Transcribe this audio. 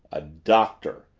a doctor.